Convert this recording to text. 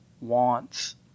wants